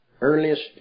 earliest